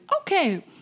Okay